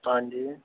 हां जी